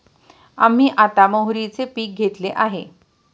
आम्ही आता मोहरीचे पीक घेतले आहे